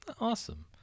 awesome